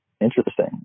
Interesting